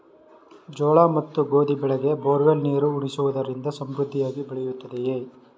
ಜೋಳ ಮತ್ತು ಗೋಧಿ ಬೆಳೆಗೆ ಬೋರ್ವೆಲ್ ನೀರು ಉಣಿಸುವುದರಿಂದ ಸಮೃದ್ಧಿಯಾಗಿ ಬೆಳೆಯುತ್ತದೆಯೇ?